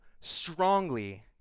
strongly